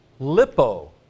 lipo